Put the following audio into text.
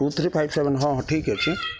two three five seven ହଁ ହଁ ଠିକ୍ ଅଛି